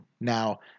Now